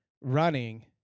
running